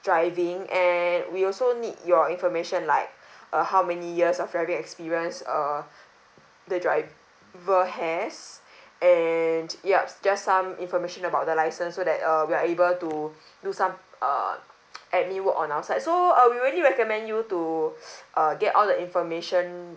driving and we also need your information like uh how many years of driving experience uh the driver has and yes just some information about the license so that uh we are able to do some uh admin work on our side so uh we really recommend you to uh get all the information